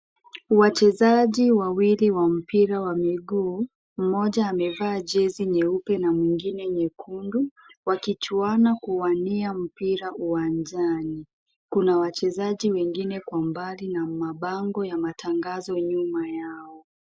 Wachezaji wawili wa mpira wa miguu. Mmoja amevaa jezi nyeupe na mwingine nyekundu. Wakichuana kuwania mpira uwanjani. Kuna wachezaji wengine kwa mbali na mabango ya matangazo nyuma yao.